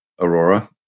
Aurora